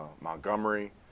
Montgomery